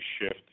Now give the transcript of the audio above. shift